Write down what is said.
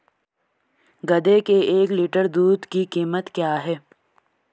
गधे के एक लीटर दूध की कीमत क्या है?